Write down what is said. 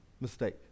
mistake